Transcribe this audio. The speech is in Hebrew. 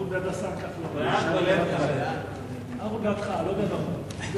ההצעה להעביר את הצעת חוק הרשות השנייה לטלוויזיה ורדיו (תיקון מס'